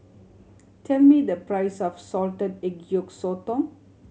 tell me the price of salted egg yolk sotong